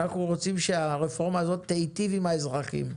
אנחנו רוצים שהרפורמה הזאת תיטיב עם האזרחים.